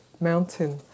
mountain